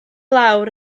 lawr